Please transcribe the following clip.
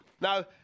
Now